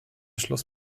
schloss